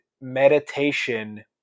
meditation